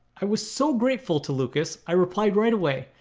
i was so grateful to lucas, i replied right away.